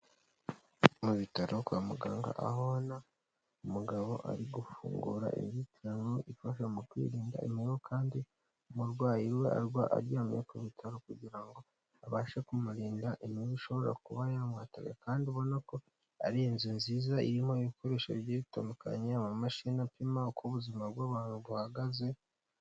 Mu bitaro kwa muganga ah ubona na umugabo ari gufungura inzitiramu ifasha mu kwirinda imibu kandi umurwayi we aryamye ku bitaro kugira ngo abashe kumurinda imibu ishobora kuba yamuwataka kandi ubona ko ari inzu nziza irimo ibikoresho bigiye bitandukanya mu mashini apima uko ubuzima bw'abantu buhagaze.